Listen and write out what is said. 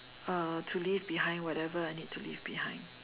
uh to leave behind whatever I need to leave behind